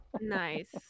Nice